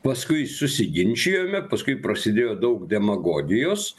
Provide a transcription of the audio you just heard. paskui susiginčijome paskui prasidėjo daug demagogijos